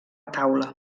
taula